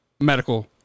Medical